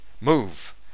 move